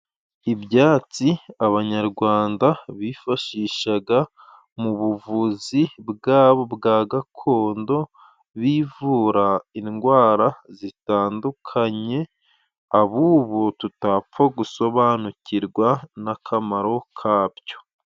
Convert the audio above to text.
Ibyatsi abanyarwanda bifashishaga mu buvuzi bwabo bwa gakondo, bivura indwara zitandukanye abubu tutapfa gusobanukirwa n'akamaro kabyo.